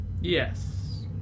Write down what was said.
Yes